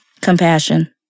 Compassion